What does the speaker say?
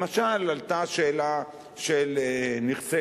למשל, עלתה השאלה של נכסי